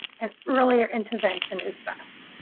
and earlier intervention is best.